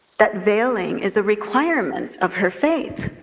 that veiling is a requirement of her faith?